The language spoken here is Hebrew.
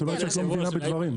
את אומרת שאת לא מבינה בדברים.